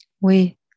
Oui